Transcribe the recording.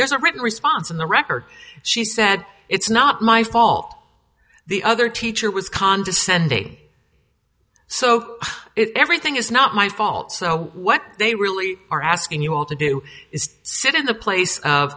there's a written response in the record she said it's not my fault the other teacher was condescending so everything is not my fault so what they really are asking you all to do is sit in the place